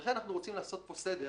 לכן אנחנו רוצים לעשות סדר,